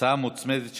הצעה מוצמדת,